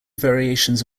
variations